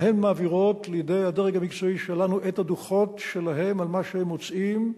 והם מעבירים לידי הדרג המקצועי שלנו את הדוחות שלהם על מה שהם מוצאים,